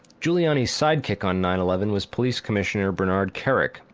giuliani's sidekick on nine eleven was police commissioner bernard kerik,